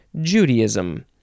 Judaism